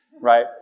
Right